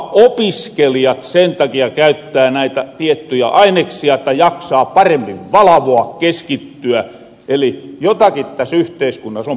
jopa opiskelijat sen takia käyttää näitä tiettyjä aineksia että jaksaa paremmin valvoa keskittyä eli jotakin täs yhteiskunnas on pieles